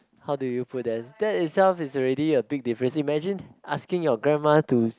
how did you put that that itself is already a big different imagine asking your grandma to